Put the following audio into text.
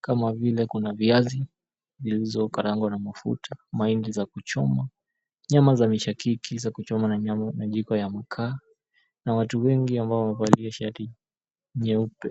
kama vile kuna viazi zilizokaangwa na mafuta, mahindi ya kuchoma, nyama za mishakiki za kuchoma na jiko ya makaa, na watu wengi ambao wamevalia shati nyeupe.